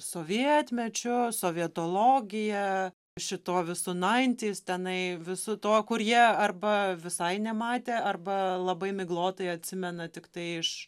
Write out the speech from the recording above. sovietmečiu sovietologija šituo visu nineties tenai visu tuo kur jie arba visai nematę arba labai miglotai atsimena tiktai iš